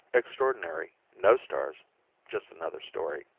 extraordinary no stars just another story.